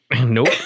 Nope